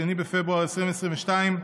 התשפ"ב, 2 בפברואר 2022,